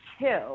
two